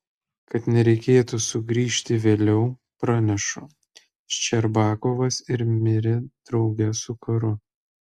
kad nereikėtų sugrįžti vėliau pranešu ščerbakovas ir mirė drauge su karu